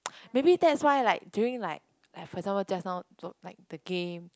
maybe that's why like during like like for example just now like the game